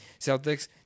Celtics